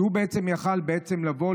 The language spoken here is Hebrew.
והוא בעצם יכול היה לבוא,